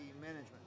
management